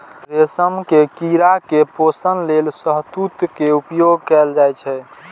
रेशम के कीड़ा के पोषण लेल शहतूत के उपयोग कैल जाइ छै